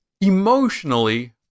emotionally